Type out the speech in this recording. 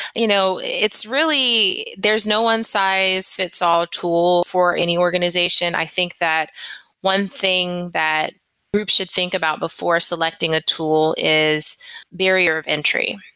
you know it's really there's no one-size fits-all ah tool for any organization. i think that one thing that groups should think about before selecting a tool is barrier of entry.